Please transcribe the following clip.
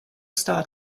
star